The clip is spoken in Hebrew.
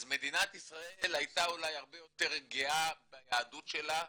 אז מדינת ישראל הייתה אולי הרבה יותר גאה ביהדות שלה,